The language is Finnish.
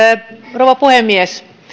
rouva puhemies